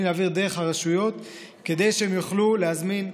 להעביר דרך הרשויות כדי שהן יוכלו להזמין,